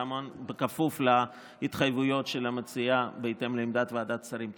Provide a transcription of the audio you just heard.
כמובן כפוף להתחייבויות של המציעה בהתאם לעמדת ועדת שרים.